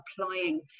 applying